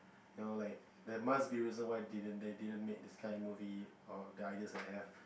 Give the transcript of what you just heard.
you like they must be a reason why they didn't make they didn't make this kind of movies or the ideas that I have